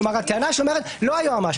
כלומר הטענה שאומרת שלא היועץ המשפטי,